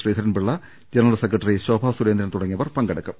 Sreedharan Pillai general secretary Shobha Surendran തുടങ്ങിയവർ പങ്കെടു ക്കും